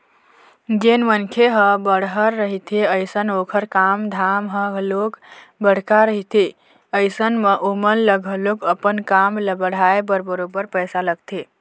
जेन मनखे ह बड़हर रहिथे अइसन ओखर काम धाम ह घलोक बड़का रहिथे अइसन म ओमन ल घलोक अपन काम ल बढ़ाय बर बरोबर पइसा लगथे